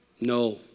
No